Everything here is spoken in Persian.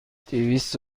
دویست